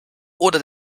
oder